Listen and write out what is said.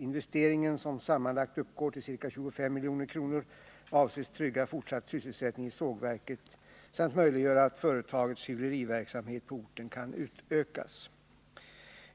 Investeringen, som sammanlagt uppgår till ca 25 milj.kr., avses trygga fortsatt sysselsättning i sågverket samt möjliggöra att företagets hyvleriverksamhet på orten kan utökas.